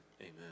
Amen